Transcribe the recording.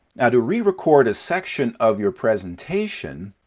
now, to re-record a section of your presentation